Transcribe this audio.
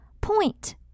point